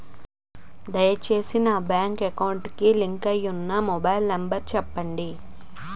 దయచేసి నా bank account కి లింక్ అయినా మొబైల్ నంబర్ చెప్పండి